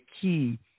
key